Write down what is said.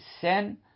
sin